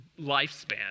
lifespan